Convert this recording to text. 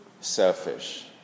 selfish